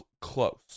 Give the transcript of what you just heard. close